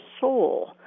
soul